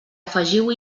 afegiu